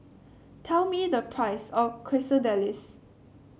tell me the price of Quesadillas